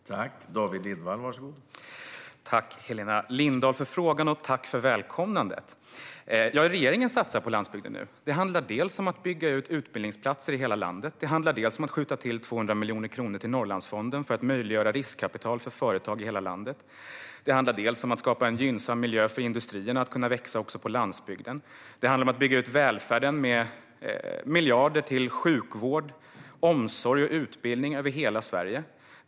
Herr talman! Tack, Helena Lindahl, för frågan och för välkomnandet! Regeringen satsar på landsbygden nu. Det handlar dels om att bygga ut antalet utbildningsplatser i hela landet, dels om att skjuta till 200 miljoner kronor till Norrlandsfonden för att möjliggöra riskkapital för företag i hela landet. Det handlar också om att skapa en gynnsam miljö för industrierna att kunna växa också på landsbygden och om att bygga ut välfärden med miljarder till sjukvård, omsorg och utbildning över hela Sverige.